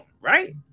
right